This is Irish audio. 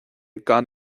gan